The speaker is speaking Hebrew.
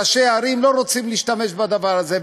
ראשי ערים לא רוצים להשתמש בדבר הזה.